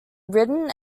written